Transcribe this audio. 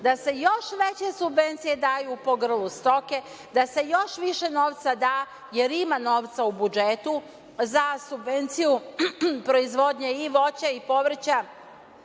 da se još veće subvencije daju po grlu stoke, da se još više novca da, jer ima novca u budžetu za subvenciju proizvodnje i voća i povrća